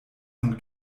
von